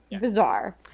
bizarre